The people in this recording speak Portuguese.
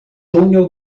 túnel